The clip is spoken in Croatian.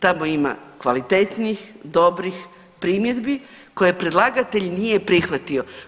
Tamo ima kvalitetnih i dobrih primjedbi koje predlagatelj nije prihvatio.